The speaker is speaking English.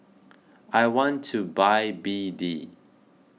I want to buy B D